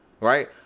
right